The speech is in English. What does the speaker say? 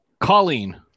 Colleen